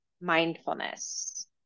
mindfulness